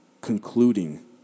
concluding